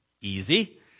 easy